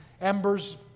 embers